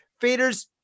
Faders